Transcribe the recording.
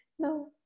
No